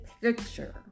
picture